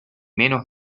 menos